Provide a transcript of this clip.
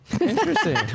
Interesting